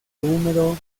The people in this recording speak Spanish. húmedo